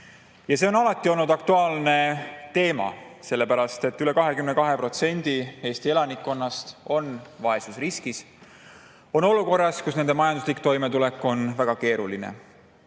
See on alati olnud aktuaalne teema, sellepärast et üle 22% Eesti elanikkonnast elab vaesusriskis, nad on olukorras, kus nende majanduslik toimetulek on väga keeruline.